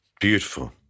Beautiful